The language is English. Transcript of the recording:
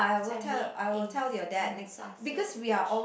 so I made eggs and sausage